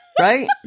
Right